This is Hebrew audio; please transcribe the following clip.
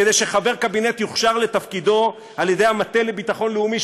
כדי שחבר קבינט יוכשר לתפקידו על ידי המטה לביטחון לאומי,